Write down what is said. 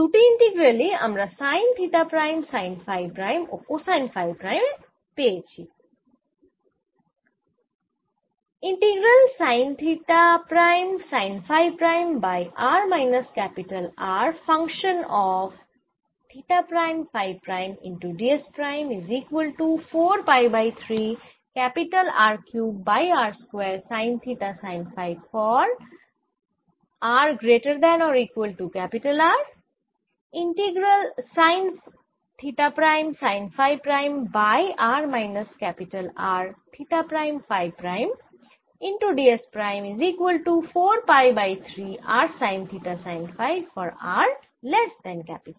এই দুটি ইন্টিগ্রালেই আমরা sine theta prime sine phi prime ও কোসাইন ফাই প্রাইম পেয়েছি